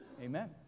Amen